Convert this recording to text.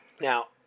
Now